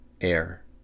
air